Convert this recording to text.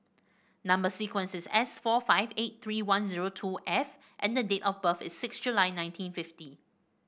number sequence is S four five eight three one zero two F and the date of birth is six July nineteen fifty